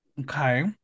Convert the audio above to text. Okay